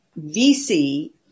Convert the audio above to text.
VC